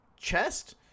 chest